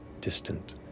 distant